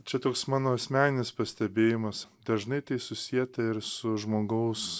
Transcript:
čia toks mano asmeninis pastebėjimas dažnai tai susieta ir su žmogaus